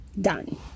done